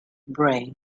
bray